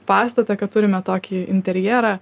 pastatą kad turime tokį interjerą